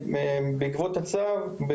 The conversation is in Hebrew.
בעקבות הצו,